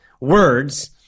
words